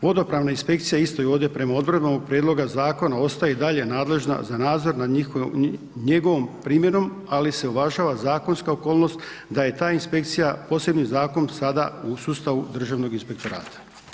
Vodopravna inspekcija isto ovdje prema odredbama prijedloga zakona ostaje i dalje nadležna za nadzor nad njegovom primjenom ali se uvažava zakonska okolnost da je ta inspekcija posebni zakon sada u sustavu Državnog inspektorata.